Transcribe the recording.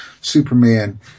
Superman